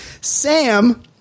Sam